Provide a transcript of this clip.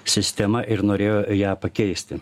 sistema ir norėjo ją pakeisti